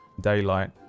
daylight